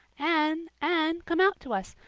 anne, anne, come out to us.